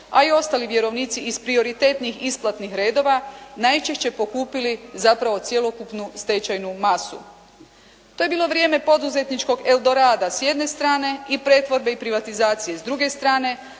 a i ostali vjerovnici iz prioritetnih isplatnih redova najčešće pokupili zapravo cjelokupnu stečajnu masu. To je bilo vrijeme poduzetničkog eldorada s jedne strane i pretvorbe i privatizacije s druge strane.